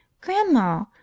Grandma